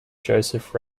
joseph